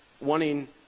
wanting